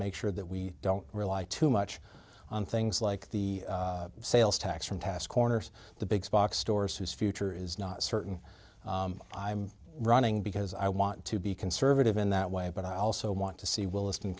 make sure that we don't rely too much on things like the sales tax from task corners the big box stores whose future is not certain i'm running because i want to be conservative in that way but i also want to see williston